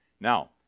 Now